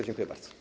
Dziękuję bardzo.